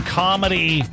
comedy